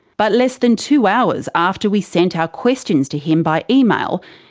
but less than two hours after we sent our questions to him by email,